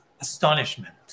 astonishment